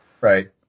Right